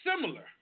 similar